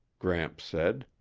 gramps said.